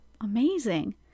Amazing